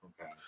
Okay